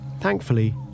Thankfully